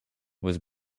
was